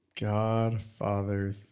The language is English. Godfather